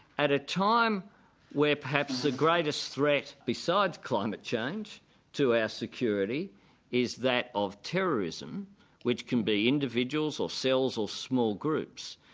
at a time where perhaps the greatest threat besides climate change to our security is that of terrorism which can be individuals or cells or small groups,